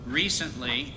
recently